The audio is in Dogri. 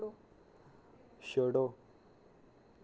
छोड़ो